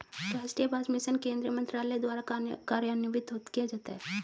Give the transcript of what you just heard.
राष्ट्रीय बांस मिशन किस केंद्रीय मंत्रालय द्वारा कार्यान्वित किया जाता है?